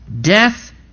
death